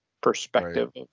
perspective